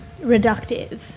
reductive